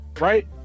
right